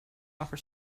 offer